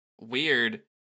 weird